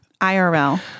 IRL